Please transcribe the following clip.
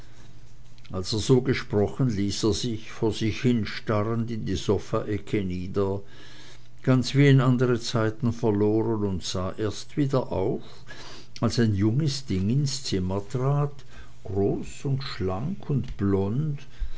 er so gesprochen ließ er sich vor sich hin starrend in die sofaecke nieder ganz wie in andre zeiten verloren und sah erst wieder auf als ein junges ding ins zimmer trat groß und schlank und blond